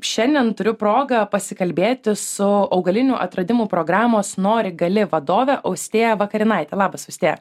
šiandien turiu progą pasikalbėti su augalinių atradimų programos nori gali vadove austėja vakarinaitė labas austėja